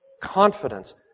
confidence